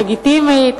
היא לגיטימית,